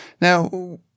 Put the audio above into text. Now